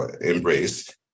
embrace